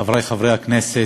חברי חברי הכנסת,